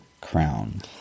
crown